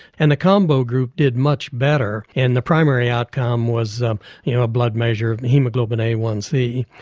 and the combo group did much better and the primary outcome was um you know a blood measure, haemoglobin a one c,